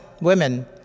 women